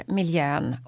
miljön